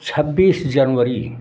छब्बीस जनवरी